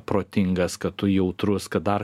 protingas kad tu jautrus kad dar